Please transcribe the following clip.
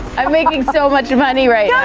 i'm making so much money right yeah